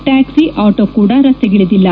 ಟ್ಯಾಕ್ರಿ auto ಕೂಡ ರಸ್ತೆಗಳಿದಿಲ್ಲ